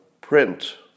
print